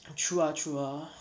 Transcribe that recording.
true ah true ah